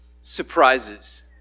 surprises